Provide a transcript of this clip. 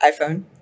iPhone